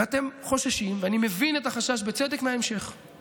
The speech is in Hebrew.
ואתם חוששים, ואני מבין את החשש מההמשך, בצדק.